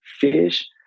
fish